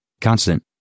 Constant